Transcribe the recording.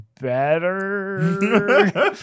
better